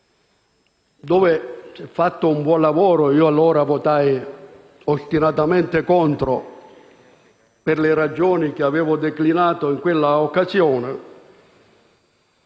che fu fatto un buon lavoro; io allora votai ostinatamente contro, per le ragioni che avevo declinato in quell'occasione.